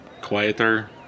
quieter